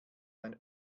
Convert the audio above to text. ein